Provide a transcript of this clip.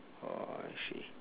orh I see